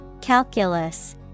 Calculus